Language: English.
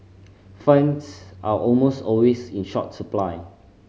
funds are almost always in short supply